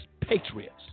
patriots